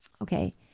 Okay